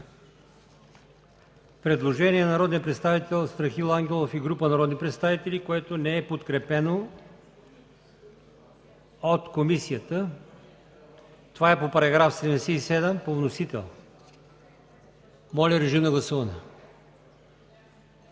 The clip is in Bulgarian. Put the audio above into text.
предложението на народния представител Страхил Ангелов и група народни представители, което не е подкрепено от комисията по § 77, по вносител. Моля, режим на гласуване.